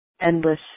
endless